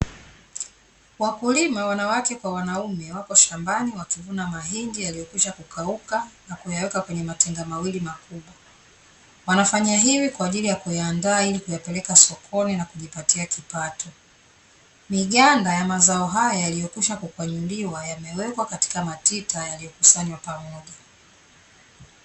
Wakulima; wanawake kwa wanaume, wako shambani wakivuna mahindi yaliyokwisha kukauka na kuyaweka kwenye matenga mawili makubwa. Wanafanya hivi kwa ajili ya kuyaandaa ili kuyapeleka sokoni na kujipatia kipato. Miganda ya mazao haya yaliyokwisha kukwanyuliwa yamewekwa katika matita yaliyokusanywa pamoja.